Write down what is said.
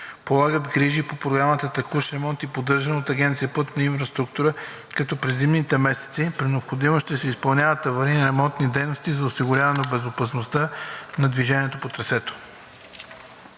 полагат грижи по програмата „Текущ ремонт и поддържане“ от Агенция „Пътна инфраструктура“, като през зимните месеци при необходимост ще се изпълняват аварийни ремонтни дейности за осигуряване на безопасността на движението по трасето.